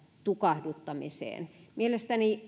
tukahduttamiseen mielestäni